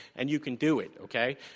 and you can do it, okay?